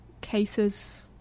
cases